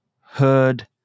heard